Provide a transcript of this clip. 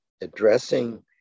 addressing